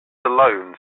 alone